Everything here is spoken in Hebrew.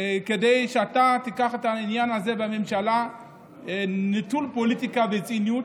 כדי שאתה תיקח את העניין הזה בממשלה כנטול פוליטיקה וציניות,